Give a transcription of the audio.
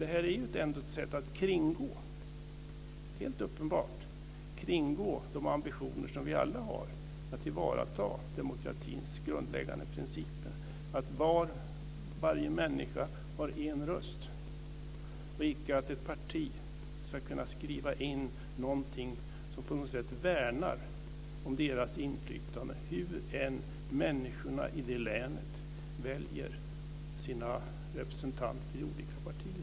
Det är uppenbart att detta är ett sätt att kringgå de ambitioner som vi alla har, nämligen att tillvarata demokratins grundläggande principer, att varje människa har en röst och icke att ett parti ska kunna införa något som värnar dess inflytande, oberoende av hur människorna i det länet väljer sina representanter i olika partier.